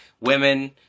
women